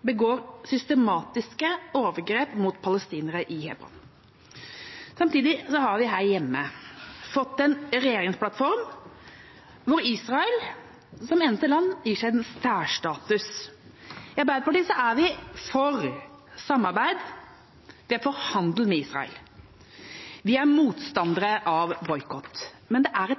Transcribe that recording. begår systematiske overgrep mot palestinere i Hebron. Samtidig har vi her hjemme fått en regjeringsplattform hvor Israel som eneste land gis en særstatus. I Arbeiderpartiet er vi for samarbeid, vi er for handel med Israel, vi er motstandere av boikott, men det er